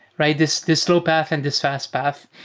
right? this this slow path and this fast path.